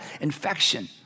infection